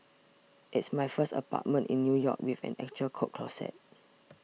it's my first apartment in New York with an actual coat closet